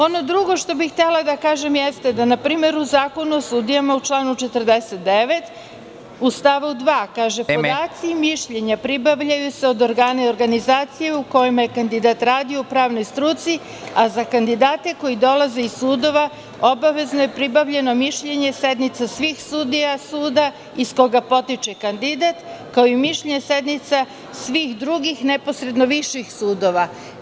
Ono drugo što bih htela da kažem, jeste da na primer u Zakonu o sudijama u članu 49, u stavu 2… (Predsednik: Vreme.) …kaže -podaci i mišljenje pribavljaju se od organa i organizacije u kojima je kandidat radio u pravnoj struci, a za kandidate koji dolaze iz sudova, obavezno je pribavljeno mišljenje sednica svih sudija suda iz koga potiče kandidat, kao i mišljenje sednica svih drugih neposredno viših sudova.